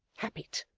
habit!